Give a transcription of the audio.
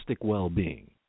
well-being